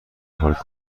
پارک